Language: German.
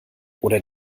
oder